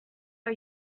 are